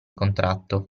contratto